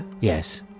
Yes